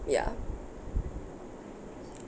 ya